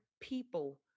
people